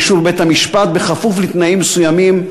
באישור בית-המשפט בכפוף לתנאים מסוימים,